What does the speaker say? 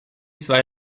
zwei